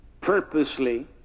purposely